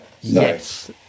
Yes